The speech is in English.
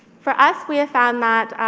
for us, we have found that